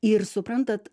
ir suprantat